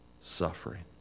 suffering